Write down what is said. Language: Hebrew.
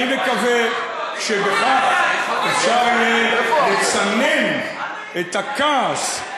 אני מקווה שבכך אפשר יהיה לצנן את הכעס,